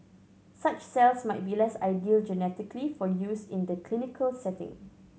such cells might be less ideal genetically for use in the clinical setting